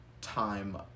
time